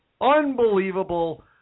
unbelievable